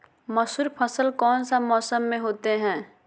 मसूर फसल कौन सा मौसम में होते हैं?